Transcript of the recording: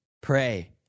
pray